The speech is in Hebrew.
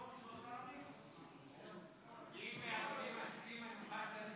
נא לקרוא שוב בשמות חברי הכנסת שלא